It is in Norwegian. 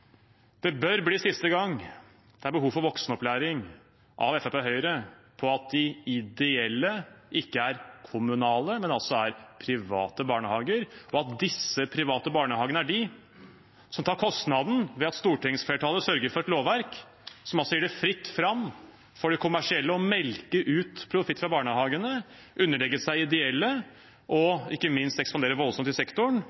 Det bør bli siste gang det er behov for voksenopplæring av Fremskrittspartiet og Høyre om at de ideelle ikke er kommunale barnehager, men altså er private, og at disse private barnehagene er de som tar kostnaden ved at stortingsflertallet sørger for et lovverk som gjør at det er fritt fram for de kommersielle å melke ut profitt fra barnehagene, underlegge seg ideelle